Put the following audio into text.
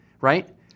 right